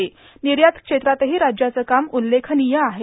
र्वानयात क्षेत्रातहां राज्याचं काम उल्लेखनीय आहे